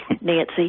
Nancy